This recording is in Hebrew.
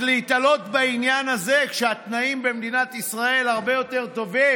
אז להיתלות בעניין הזה כשהתנאים במדינת ישראל הרבה יותר טובים?